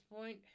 point